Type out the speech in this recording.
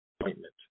appointment